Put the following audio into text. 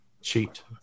Cheat